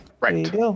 Right